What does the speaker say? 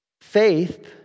Faith